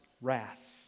wrath